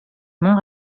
mont